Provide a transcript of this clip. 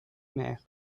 maires